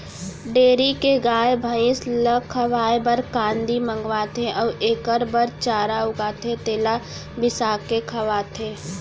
dairy के गाय, भँइस ल खवाए बर कांदी मंगवाथें अउ एकर बर चारा उगाथें तेला बिसाके खवाथें